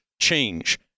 change